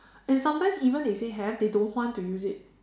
and sometimes even if they have they don't want to use it